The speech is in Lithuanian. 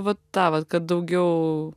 va tą vat kad daugiau